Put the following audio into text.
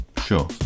sure